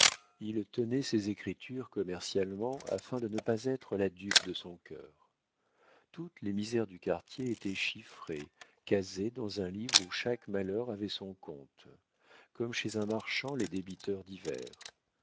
il tenait ses écritures commercialement afin de ne pas être la dupe de son cœur toutes les misères du quartier étaient chiffrées casées dans un livre où chaque malheur avait son compte comme chez un marchand les débiteurs divers